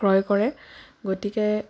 ক্ৰয় কৰে গতিকে